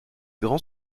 grands